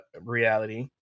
reality